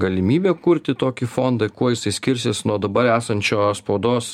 galimybė kurti tokį fondą kuo jisai skirsis nuo dabar esančio spaudos